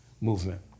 Movement